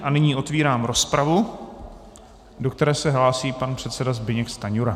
A nyní otvírám rozpravu, do které se hlásí pan předseda Zbyněk Stanjura.